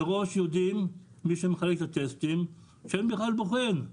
מראש יודעים מי שמחלק את הטסטים שאין בכלל בוחן,